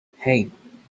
hey